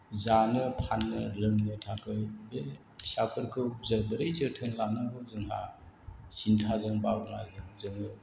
जानो फाननो लोंनो थाखाय बे फिसाफोरखौ जों बोरै जोथोन लानांगौ जोंहा सिन्थाजों बावलायो जोङो